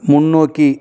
முன்னோக்கி